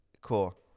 cool